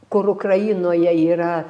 kur ukrainoje yra